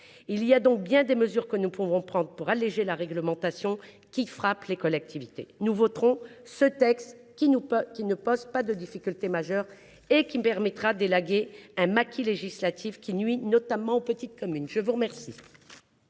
Il y a donc bien des mesures que nous pouvons prendre pour alléger la réglementation qui frappe les collectivités. » Mon groupe votera ce texte qui ne pose pas de difficultés majeures et dont l’adoption permettra d’élaguer un maquis législatif qui nuit notamment aux petites communes. La parole